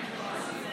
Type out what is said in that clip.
חבריי חברי